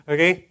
Okay